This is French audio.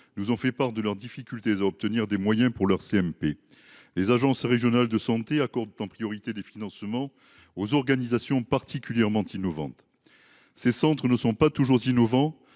nous ont fait part de leurs difficultés à obtenir des moyens pour leur CMP. Les agences régionales de santé (ARS) accordent en priorité des financements aux organisations particulièrement innovantes. Ces centres ne sont pas toujours innovants,